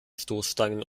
stoßstangen